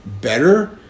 better